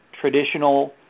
traditional